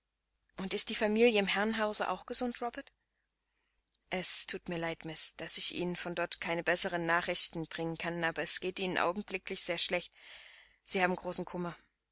und ist die familie im herrenhause auch gesund robert es thut mir leid miß daß ich ihnen von dort keine besseren nachrichten bringen kann aber es geht ihnen augenblicklich sehr schlecht sie haben großen kummer